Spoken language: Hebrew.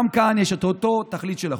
גם כאן יש את אותה תכלית של החוק.